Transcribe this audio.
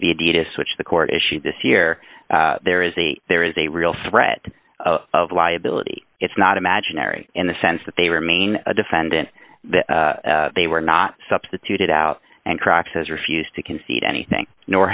the adidas which the court issued this year there is a there is a real threat of liability it's not imaginary in the sense that they remain a defendant that they were not substituted out and practices refused to concede anything nor